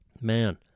Man